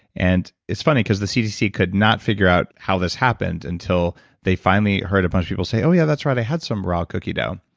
and it's funny because the cdc could not figure out how this happened until they finally heard a bunch of people say, oh yeah, that's right i had some raw cookie dough.